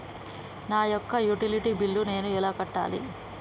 నా యొక్క utility bill నేను ఎలా కట్టాలి?